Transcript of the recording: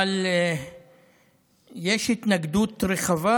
אבל יש התנגדות רחבה